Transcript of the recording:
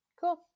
Cool